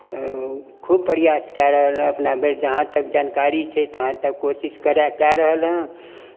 खूब प्रयास कए रहलहेँ अपना भरि जहाँतक जानकारी छै तहाँतक कोशिश करै कए रहलहँ